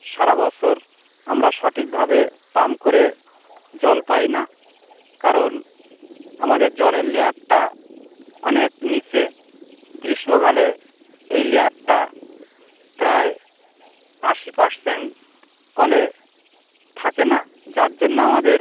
সারা বছর আমরা সঠিকভাবে পাম্প করে জল পাই না কারণ আমাদের জলের লেয়ারটা অনেক নিচে গ্রীষ্মকালে এই লেয়ারটা প্রায় আশি পার্সেন্ট কলে থাকে না যার জন্য আমাদের